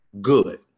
good